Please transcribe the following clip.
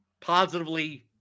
positively